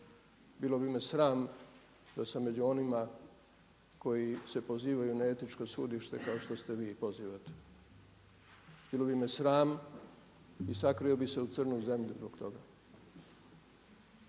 Bilo bi me sram da sam među onima koji se pozivaju na etičko sudište kao što se vi pozivate. Bilo bi me sram, sakrio bi se u crnu zemlju zbog toga.